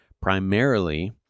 primarily